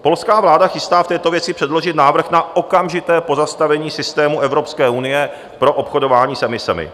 Polská vláda chystá v této věci předložit návrh na okamžité pozastavení systému Evropské unie pro obchodování s emisemi.